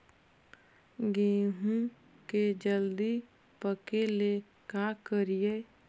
गेहूं के जल्दी पके ल का करियै?